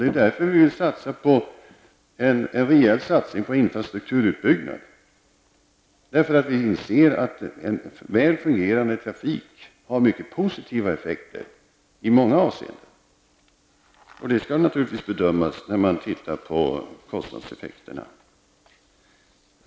Det är därför vi vill göra en rejäl satsning på infrastrukturutbyggnad. Vi inser att väl fungerande trafik har mycket positiva effekter i många avseenden. Det skall naturligtvis tas i beaktande när man tittar på kostnadseffekterna.